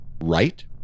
right